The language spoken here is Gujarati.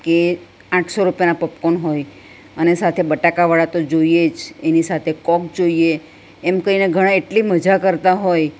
કે આઠસો રૂપિયાના પોપકોન હોય અને સાથે બટાકા વડા તો જોઈએ જ એની સાથે કોક જોઈએ એમ કરીને ઘણા એટલી મજા કરતા હોય